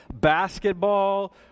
basketball